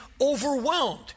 overwhelmed